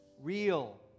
real